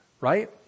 right